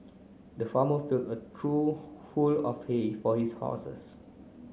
the farmer filled a trough full of hay for his horses